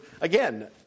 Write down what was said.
again